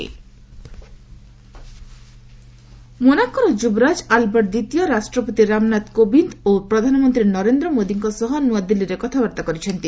prince Albert ମୋନାକୋର ଯୁବରାଜ Albert ଦ୍ୱିତୀୟ ରାଷ୍ଟ୍ରପତି ରାମନାଥ କୋବିନ୍ଦ ଓ ପ୍ରଧାନମନ୍ତ୍ରୀ ନରେନ୍ଦ୍ର ମୋଦିଙ୍କ ସହ ନୂଆଦିଲ୍ଲୀରେ କଥାବାର୍ତ୍ତା କରିଛନ୍ତି